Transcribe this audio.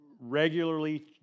regularly